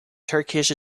turkish